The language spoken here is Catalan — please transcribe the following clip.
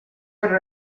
per